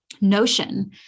notion